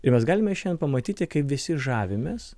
ir mes galime šiandien pamatyti kaip visi žavimės